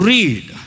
Read